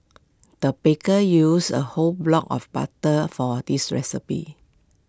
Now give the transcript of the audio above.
the baker used A whole block of butter for this recipe